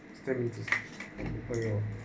step into and you know